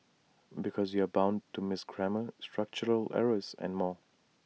because you're bound to miss grammar structural errors and more